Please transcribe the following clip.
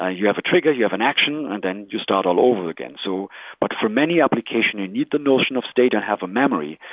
ah you have a trigger, you have an action, and then you start all over again. so but but for many application, you need the notion of state and have a memory.